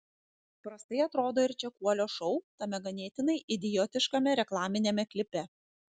prastai atrodo ir čekuolio šou tame ganėtinai idiotiškame reklaminiame klipe